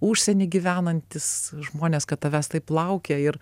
užsieny gyvenantys žmonės kad tavęs taip laukia ir